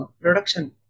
production